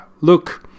look